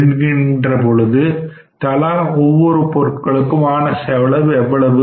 என்கின்ற பொழுது தலா ஒவ்வொரு பொருளுக்கும் ஆன செலவு எவ்வளவு